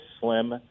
slim